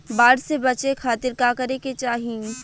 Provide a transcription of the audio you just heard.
बाढ़ से बचे खातिर का करे के चाहीं?